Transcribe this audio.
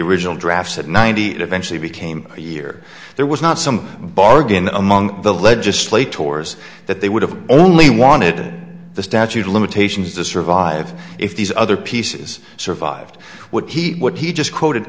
original drafts that ninety eight eventually became a year there was not some bargain among the legislate tours that they would have only wanted the statute of limitations to survive if these other pieces survived would he would he just quote